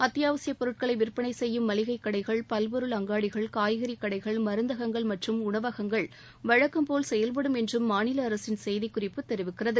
அத்தியாவசியப் பொருட்களை விற்பனை செய்யும் மளிகை கடைகள் பல்பொருள் அங்காடிகள் காய்கறிக் கடைகள் மருந்தகங்கள் மற்றும் உணவகங்கள் வழக்கம்போல் செயல்படும் என்றும் மாநில அரசின் செய்திக் குறிப்பு தெரிவிக்கிறது